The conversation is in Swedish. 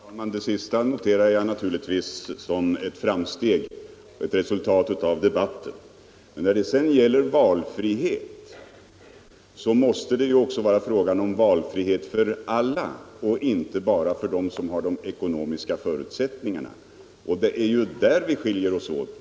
Herr talman! Det sista noterar jag naturligtvis som ett positivt resultat av debatten. När det gäller valfriheten vill jag säga att det måste vara fråga om valfrihet för alla och inte bara för dem som har de ekonomiska förutsättningarna. Det är det som skiljer oss åt.